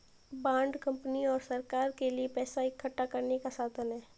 bond company और सरकार के लिए पैसा इकठ्ठा करने का साधन है